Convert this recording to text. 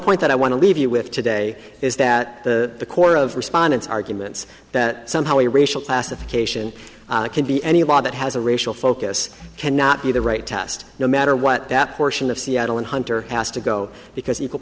point that i want to leave you with today is that the core of respondents arguments that somehow a racial classification can be any law that has a racial focus cannot be the right test no matter what that portion of seattle in hunter has to go because equal